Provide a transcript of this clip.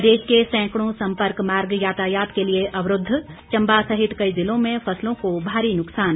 प्रदेश के सैंकड़ों संपर्क मार्ग यातायात के लिए अवरूद्व चंबा सहित कई जिलों में फसलों को भारी नुकसान